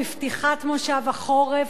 בפתיחת מושב החורף,